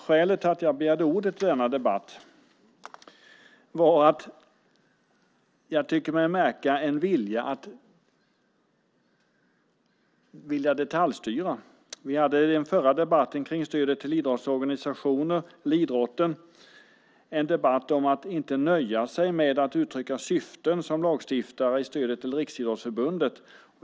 Skälet till att jag begärde ordet i denna debatt var att jag tycker mig märka en vilja att detaljstyra. I den förra debatten, om stödet till idrotten, talade vi om att inte nöja sig med att uttrycka syften som lagstiftare i stödet till Riksidrottsförbundet.